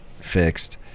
fixed